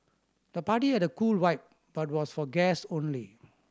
the party had a cool vibe but was for guests only